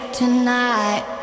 tonight